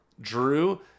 Drew